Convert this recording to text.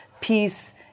peace